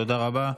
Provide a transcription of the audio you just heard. תודה רבה.